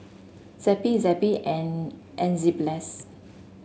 Zappy Zappy and Enzyplex